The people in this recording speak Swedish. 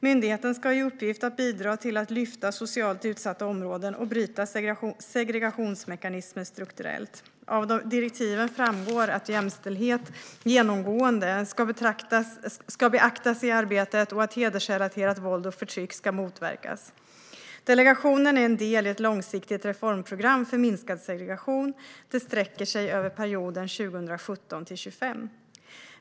Myndigheten ska ha i uppgift att bidra till att lyfta socialt utsatta områden och bryta segregationsmekanismer strukturellt. Av direktiven framgår att jämställdhet genomgående ska beaktas i arbetet och att hedersrelaterat våld och förtryck ska motverkas. Delegationen är en del i ett långsiktigt reformprogram för minskad segregation. Programmet sträcker sig över perioden 2017-2025.